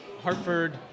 Hartford